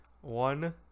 one